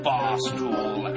Barstool